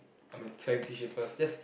I mean selling tissue papers just